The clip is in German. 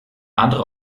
andere